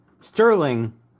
Sterling